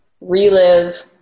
relive